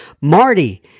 Marty